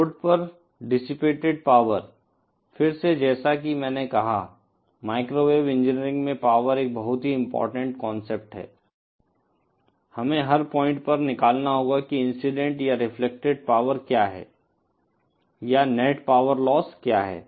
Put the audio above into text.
load पर dissipated power फिर से जैसा कि मैंने कहा माइक्रोवेव इंजीनियरिंग में पावर एक बहुत ही इम्पोर्टेन्ट कांसेप्ट है हमें हर पॉइंट पर निकालना होगा कि इंसिडेंट या रेफ्लेक्टेड पावर क्या है या नेट पावर लॉस क्या है